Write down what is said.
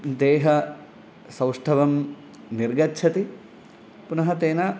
देहसौष्ठवं निर्गच्छति पुनः तेन